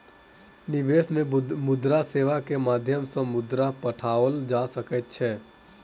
विदेश में मुद्रा सेवा के माध्यम सॅ मुद्रा पठाओल जा सकै छै